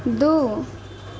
दू